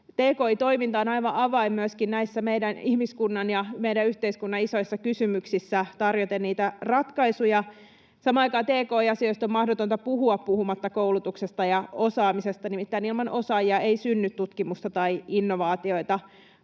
Tki-toiminta on äivan avain myöskin näissä meidän ihmiskunnan ja meidän yhteiskunnan isoissa kysymyksissä tarjoten niihin ratkaisuja. Samaan aikaan tki-asioista on mahdotonta puhua puhumatta koulutuksesta ja osaamisesta, nimittäin ilman osaajia ei synny tutkimusta tai innovaatioita.